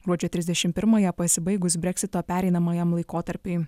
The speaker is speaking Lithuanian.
gruodžio trisdešim pirmąją pasibaigus breksito pereinamajam laikotarpiui